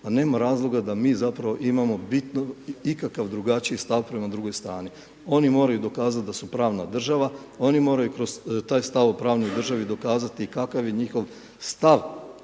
a nema razloga da mi zapravo imamo bitno ikakav drugačiji stav prema drugoj strani. Oni moraju dokazati da su pravna država, oni moraju kroz taj stav o pravnoj državi dokazati kakav je njihov stav